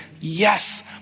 Yes